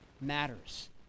matters